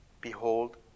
behold